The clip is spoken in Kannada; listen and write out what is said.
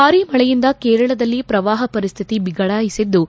ಭಾರಿ ಮಳೆಯಿಂದ ಕೇರಳದಲ್ಲಿ ಪ್ರವಾಹ ಪರಿಸ್ಥಿತಿ ಬಿಗಡಾಯಿಸಿದ್ದು